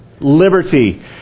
Liberty